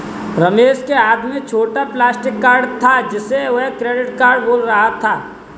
रमेश के हाथ में छोटा प्लास्टिक कार्ड था जिसे वह क्रेडिट कार्ड बोल रहा था